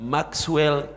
Maxwell